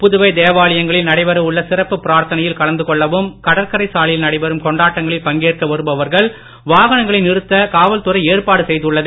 புதுவை தேவாலயங்களில் நடைபெற உள்ள சிறப்பு பிராத்தனையில் கலந்து கொள்ளவும் கடற்கரைச் சாலையில் நடைபெறும் கொண்டாட்டங்களில் பங்கேற்க வருபவர்கள் வாகனங்களை நிறுத்த காவல்துறை ஏற்பாடு செய்துள்ளது